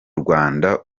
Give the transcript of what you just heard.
rwanda